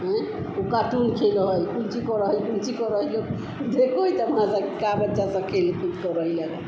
हें वो कार्टून खेलते है कुलची करो है कुनची करहिलो ये कोई तमाशा कि क्या बच्चा सब खेल कूद करहिला